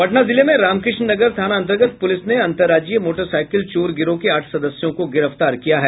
पटना जिले में रामकृष्णा नगर थाना अंतर्गत पुलिस ने अंतर्राज्यीय मोटरसाईकिल चोर गिरोह के आठ सदस्यों को गिरफ्तार किया है